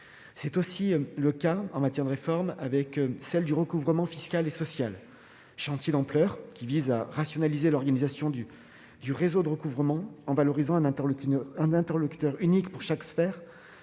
C'est également le cas de la réforme du recouvrement fiscal et social, chantier d'ampleur qui vise à rationaliser l'organisation du réseau de recouvrement en valorisant un interlocuteur unique dans chaque sphère